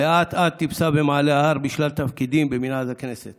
ואט-אט טיפסה במעלה ההר בשלל תפקידים במינהל הכנסת